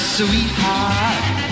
Sweetheart